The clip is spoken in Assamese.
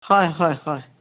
হয় হয় হয়